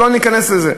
ולא ניכנס לזה.